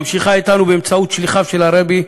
ממשיכה אתנו באמצעות שליחיו של הרבי.